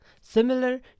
Similar